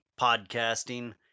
podcasting